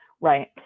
Right